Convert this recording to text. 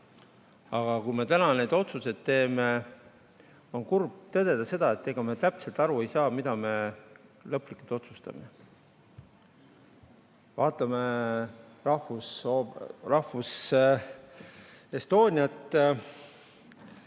aga kui me täna need otsused teeme, siis on kurb tõdeda, et ega me täpselt aru ei saa, mida me lõplikult otsustame. Vaatame Estoniat,